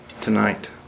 tonight